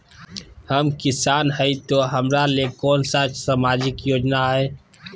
हम किसान हई तो हमरा ले कोन सा सामाजिक योजना है?